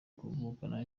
kuvugana